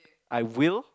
I will